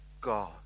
God